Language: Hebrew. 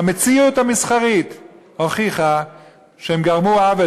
המציאות המסחרית הוכיחה שהם גרמו עוול,